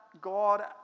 God